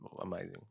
amazing